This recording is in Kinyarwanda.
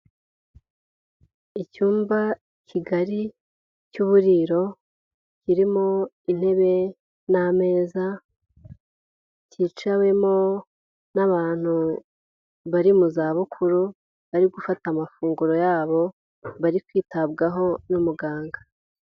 Icyumba kigari cy'uburiro, kirimo intebe n'ameza cyicawemo n'abantu bari mu zabukuru, bari gufata amafunguro yabo, bari kwitabwaho n'umuganga.